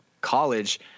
college